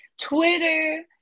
Twitter